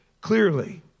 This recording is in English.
Clearly